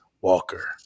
Walker